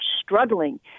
struggling